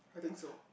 I think so